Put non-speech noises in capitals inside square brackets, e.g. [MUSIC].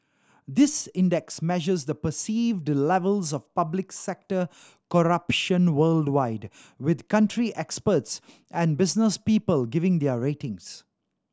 this index measures the perceived levels of public sector corruption worldwide with country experts [NOISE] and business people giving their ratings